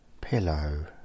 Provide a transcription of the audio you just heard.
pillow